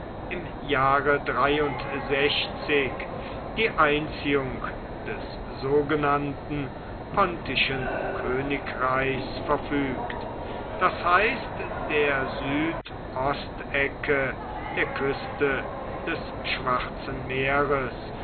im jahre die einziehung des sogenannten pontischen königreichs verfügt das heißt der südostecke der küste des schwarzen meeres